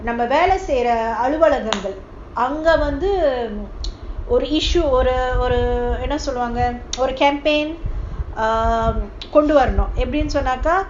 நாமவேலசெயுரஅலுவலகங்கள்அவங்கவந்துஒருஒருஎன்னசொல்வாங்கஒரு:nama vela seyura aluvalagangal avanga vandhu oru oru enna solvanga oru compaign கொண்டுவரணும்எப்படின்னா:kondu varanum epdina